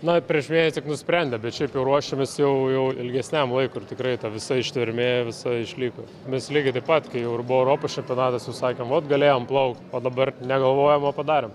na prieš mėnesį tik nusprendė bet šiaip jau ruošėmės jau jau ilgesniam laikui ir tikrai ta visa ištvermė visa išliko mes lygiai taip pat kai jau ir buvo europos čempionatas jau sakėm vat galėjom plaukt o dabar ne galvojom o padarėm